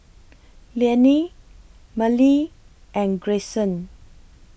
Liane Mellie and Grayson